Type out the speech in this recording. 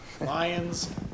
Lions